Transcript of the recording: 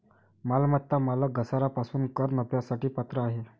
मालमत्ता मालक घसारा पासून कर नफ्यासाठी पात्र आहे